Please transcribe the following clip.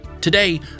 Today